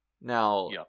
Now